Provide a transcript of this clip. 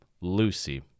Lucy